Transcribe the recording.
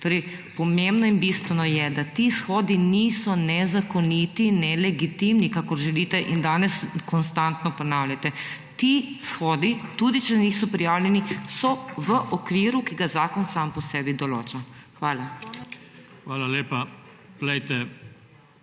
Torej, pomembno in bistveno je, da ti shodi niso nezakonito, nelegitimni, kakor želite in danes konstantno ponavljate. Ti shodi, tudi če niso prijavljeni, so v okviru, ki ga zakon sam po sebi določa. Hvala.